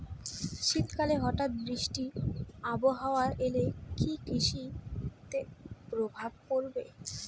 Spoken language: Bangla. শীত কালে হঠাৎ বৃষ্টি আবহাওয়া এলে কি কৃষি তে প্রভাব পড়বে?